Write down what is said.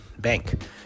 bank